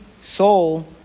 soul